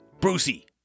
Brucey